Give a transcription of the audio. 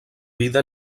vida